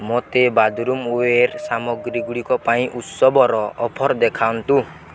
ମୋତେ ବାଦରୁମୱେର୍ ସାମଗ୍ରୀଗୁଡ଼ିକ ପାଇଁ ଉତ୍ସବର ଅଫର୍ ଦେଖାନ୍ତୁ